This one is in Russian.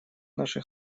наших